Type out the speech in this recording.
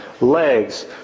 legs